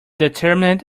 determinant